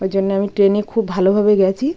ওই জন্যে আমি ট্রেনে খুব ভালোভাবে গেছি